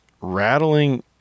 rattling